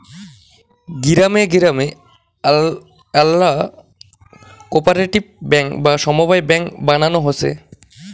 গিরামে গিরামে আল্যা কোপরেটিভ বেঙ্ক বা সমব্যায় বেঙ্ক বানানো হসে